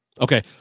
Okay